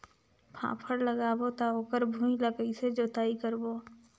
फाफण लगाबो ता ओकर भुईं ला कइसे जोताई करबो?